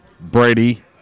Brady